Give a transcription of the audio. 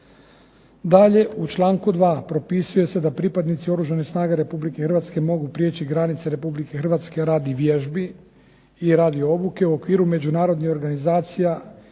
Dalje, u članku 2. propisuje se da pripadnici Oružanih snaga Republike Hrvatske mogu priječi granice Republike Hrvatske radi vježbi i radi obuke u okviru međunarodnih organizacija